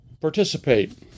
participate